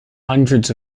hundreds